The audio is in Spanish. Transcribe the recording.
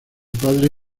padre